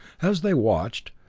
as they watched,